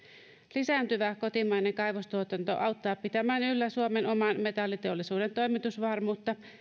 lisääntyvä kotimainen kaivostuotanto auttaa pitämään yllä suomen oman metalliteollisuuden toimitusvarmuutta